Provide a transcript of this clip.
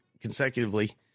consecutively